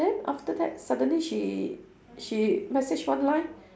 then after that suddenly she she message one line